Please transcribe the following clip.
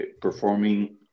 performing